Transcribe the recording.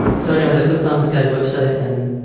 so anyways, i clicked on this guy's website, and